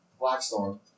Blackstorm